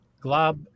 Glob